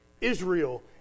Israel